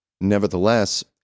Nevertheless